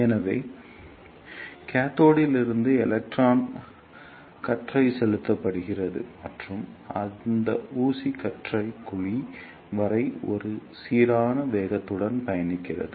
எனவே கேத்தோடில் இருந்து எலக்ட்ரான் கற்றை செலுத்தப்படுகிறது மற்றும் அந்த ஊசி கற்றை குழி வரை ஒரே சீரான வேகத்துடன் பயணிக்கிறது